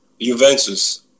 Juventus